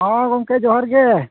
ᱦᱮᱸ ᱜᱚᱢᱠᱮ ᱡᱚᱦᱟᱨ ᱜᱮ